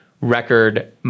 record